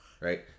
right